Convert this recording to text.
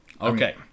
Okay